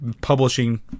publishing